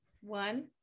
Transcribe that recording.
One